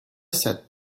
sat